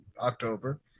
October